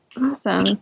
awesome